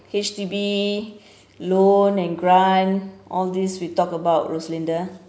H_D_B loan and grant all these we talk about roslinda